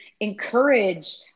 encourage